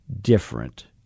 different